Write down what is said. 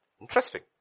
Interesting